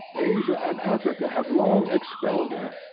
asia, and africa, have long expelled her.